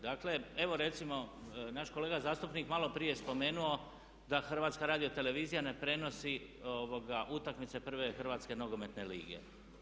Dakle evo recimo naš kolega zastupnik malo prije je spomenuo da HRT ne prenosi utakmice prve hrvatske nogometne lige.